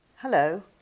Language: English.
Hello